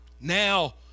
Now